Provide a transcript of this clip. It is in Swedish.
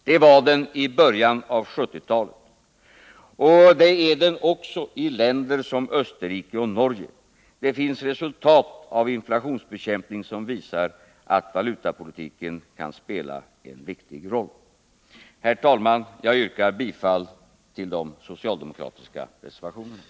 Det var den i början av 1970-talet och det är den också i länder som Österrike och Norge. Resultaten av inflationsbekämpningen visar att valutapolitiken kan spela en viktig roll. Herr talman! Jag yrkar bifall till de socialdemokratiska reservationerna.